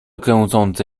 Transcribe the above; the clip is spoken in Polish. kręcące